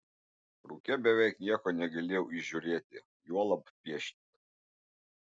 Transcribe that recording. rūke beveik nieko negalėjau įžiūrėti juolab piešti